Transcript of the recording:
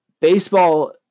Baseball